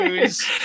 news